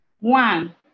One